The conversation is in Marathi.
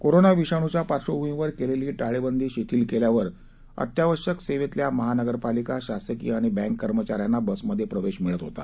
कोरोना विषाणूच्या पार्श्वभूमीवर केलेली टाळेबंदी शिथिल केल्यावर अत्यावश्यक सेवेतल्या महानगरपालिका शासकीय आणि बँक कर्मचाऱ्यांना बसमध्ये प्रवेश मिळत होता